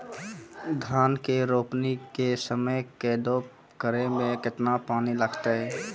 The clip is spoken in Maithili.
धान के रोपणी के समय कदौ करै मे केतना पानी लागतै?